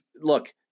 look